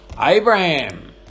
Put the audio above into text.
Abraham